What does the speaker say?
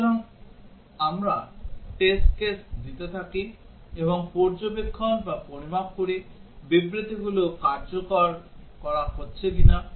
সুতরাং আমরা test case দিতে থাকি এবং পর্যবেক্ষণ বা পরিমাপ করি বিবৃতিগুলো কার্যকর করা হচ্ছে কিনা